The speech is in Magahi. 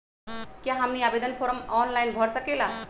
क्या हमनी आवेदन फॉर्म ऑनलाइन भर सकेला?